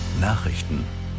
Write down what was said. Nachrichten